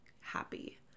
happy